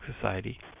Society